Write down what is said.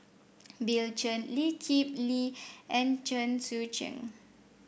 Bill Chen Lee Kip Lee and Chen Sucheng